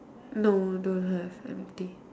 no don't have empty